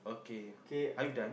okay